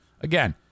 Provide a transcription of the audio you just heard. Again